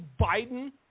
Biden